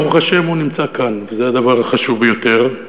ברוך השם, הוא נמצא כאן, וזה הדבר החשוב ביותר.